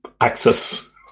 access